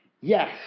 Yes